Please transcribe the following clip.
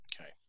okay